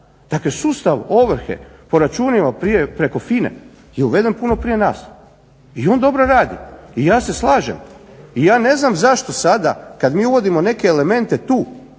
Dakle sustav ovrhe po računima preko FINA-e je uveden puno prije nas i on dobro radi i ja se slažem i ja ne znam zašto sada kada mi uvodimo neke elemente tu